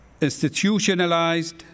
institutionalized